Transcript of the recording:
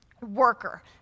worker